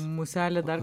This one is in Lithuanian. muselė dar